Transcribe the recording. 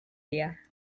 here